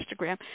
Instagram